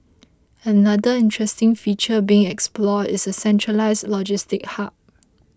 another interesting feature being explored is a centralised logistics hub